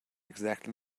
exactly